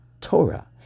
Torah